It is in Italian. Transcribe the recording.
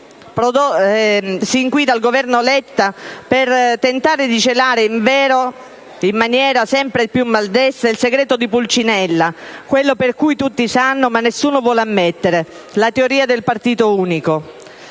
sin qui dal Governo Letta, e per tentare di celare, invero in maniera sempre più maldestra, il segreto di Pulcinella, quello che tutti sanno ma nessuno vuole ammettere: la teoria del partito unico.